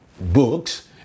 books